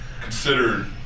considered